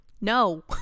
No